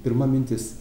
pirma mintis